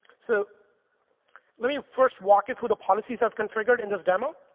so let me first walk you through the policies i've configured in this demo.